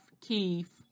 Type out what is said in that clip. Keith